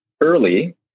early